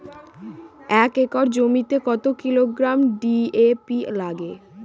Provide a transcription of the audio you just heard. এক একর জমিতে কত কিলোগ্রাম ডি.এ.পি লাগে?